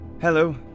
hello